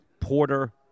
Porter